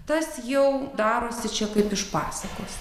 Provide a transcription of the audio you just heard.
tas jau darosi čia kaip iš pasakos